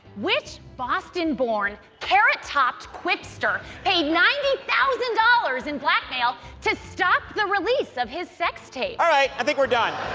which boston born, carrot topped quipster, paid ninety thousand dollars in black mail to stop the release of his sex tape? alright! i think we're done.